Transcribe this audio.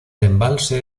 embalse